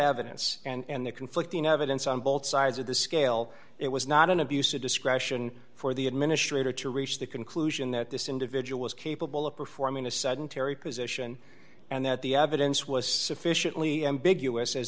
evidence and the conflicting evidence on both sides of the scale it was not an abuse of discretion for the administrator to reach the conclusion that this individual is capable of performing a sudden terry position and that the evidence was sufficiently ambiguous as